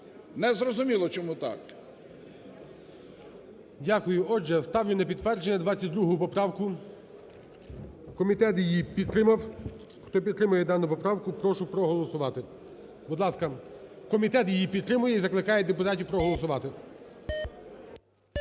Незрозуміло чому так. ГОЛОВУЮЧИЙ. Дякую. Отже, ставлю на підтвердження 22 поправку. Комітет її підтримав. Хто підтримує дану поправку, прошу проголосувати. Будь ласка, комітет її підтримує і закликає депутатів проголосувати.